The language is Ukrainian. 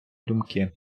думки